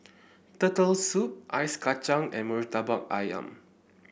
Turtle Soup Ice Kachang and Murtabak ayam